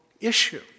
issue